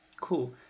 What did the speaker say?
Cool